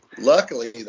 Luckily